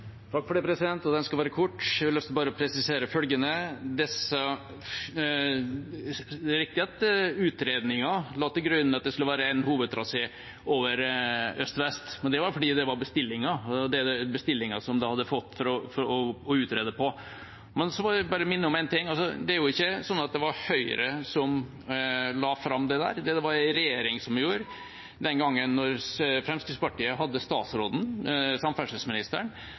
Den skal være kort. Jeg har bare lyst til å presisere følgende: Det er riktig at utredningen la til grunn at det skulle være en hovedtrasé øst–vest, men det var fordi det var bestillingen som de hadde fått på å utrede. Så må jeg bare minne om en ting: Det er jo ikke sånn at det var Høyre som la fram dette, det var det en regjering som gjorde den gangen da Fremskrittspartiet hadde statsråden, samferdselsministeren,